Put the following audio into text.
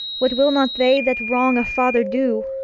what will not they that wrong a father do?